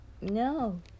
No